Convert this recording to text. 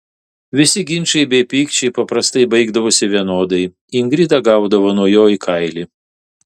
visi ginčai bei pykčiai paprastai baigdavosi vienodai ingrida gaudavo nuo jo į kailį